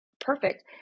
perfect